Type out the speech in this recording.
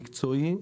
מקצועי,